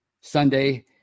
sunday